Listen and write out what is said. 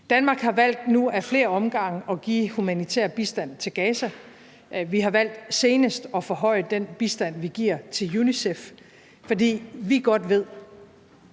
Danmark har valgt nu ad flere omgange at give humanitær bistand til Gaza. Vi har senest valgt at forhøje den bistand, vi giver til UNICEF, fordi vi godt ved